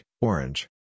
Orange